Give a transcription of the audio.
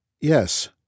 Yes